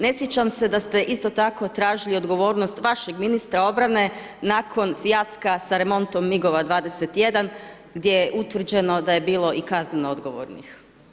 Ne sjećam se da ste isto tako tražili odgovornost vašeg ministra obrane nakon fijaska sa remontom migova 21 gdje je utvrđeno da je bilo i kazneno odgovornih.